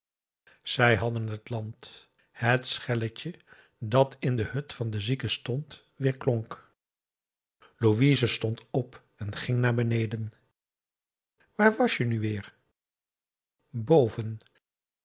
zij hadden het land het schelletje dat in de hut van den zieke stond weerklonk louise stond op en ging naar beneden waar was je nu weêr boven